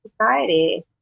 society